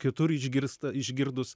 kitur išgirsta išgirdus